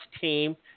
team